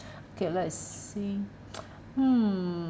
okay let's see mm